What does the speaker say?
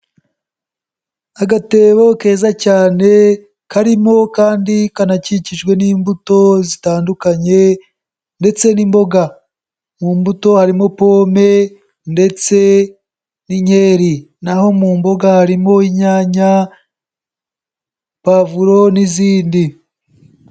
Agatebo keza cyane karimo kandi kanakikijwe n'imbuto zitandukanye ndetse n'imboga, mu mbuto harimo pome ndetse n'inkeri, na ho mu mboga harimo inyanya, pavuro n'izindi.